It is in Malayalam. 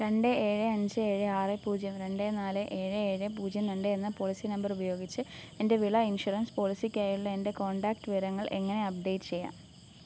രണ്ട് ഏഴ് അഞ്ച് ഏഴ് ആറ് പൂജ്യം രണ്ട് നാല് ഏഴ് ഏഴ് പൂജ്യം രണ്ട് എന്ന പോളിസി നമ്പർ ഉപയോഗിച്ച് എന്റെ വിള ഇൻഷുറൻസ് പോളിസിക്കായുള്ള എന്റെ കോണ്ടാക്റ്റ് വിവരങ്ങൾ എങ്ങനെ അപ്ഡേറ്റ് ചെയ്യാം